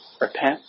Repent